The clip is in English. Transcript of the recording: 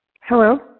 Hello